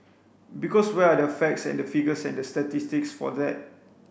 because where are the facts and the figures and the statistics for that